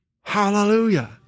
Hallelujah